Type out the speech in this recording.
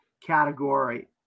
category